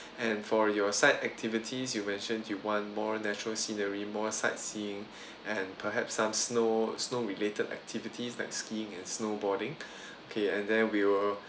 and for your side activities you mentioned you want more natural scenery more sightseeing and perhaps some snow snow related activities like skiing and snowboarding K and then we will